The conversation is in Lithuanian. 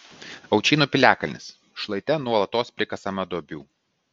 aučynų piliakalnis šlaite nuolatos prikasama duobių